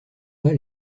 pas